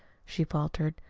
she faltered,